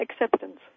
acceptance